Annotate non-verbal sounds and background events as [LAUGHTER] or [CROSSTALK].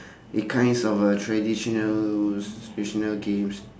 [BREATH] it kinds of a traditional traditional games